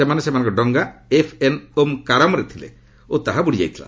ସେମାନେ ସେମାନଙ୍କର ଡଙ୍ଗା ଏଫ୍ଏନ୍ ଓମ୍କାରମରେ ଥିଲେ ଓ ତାହା ବୁଡ଼ିଯାଇଥିଲା